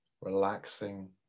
relaxing